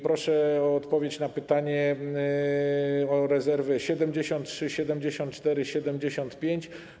Proszę o odpowiedź na pytanie o rezerwy 73., 74., 75.